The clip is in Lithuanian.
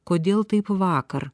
kodėl taip vakar